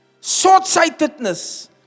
short-sightedness